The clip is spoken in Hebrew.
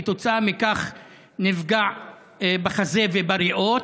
כתוצאה מכך הוא נפגע בחזה ובריאות,